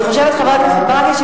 חבר הכנסת ברכה,